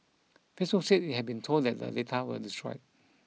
Facebook said it had been told that the data were destroyed